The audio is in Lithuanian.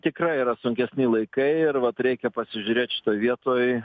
tikrai yra sunkesni laikai ir vat reikia pasižiūrėt šitoj vietoj